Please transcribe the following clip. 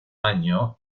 año